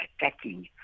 attacking